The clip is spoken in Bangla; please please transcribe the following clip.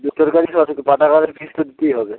বেসরকারি তো আছে তো পাঠাগারের ফিস তো দিতেই হবে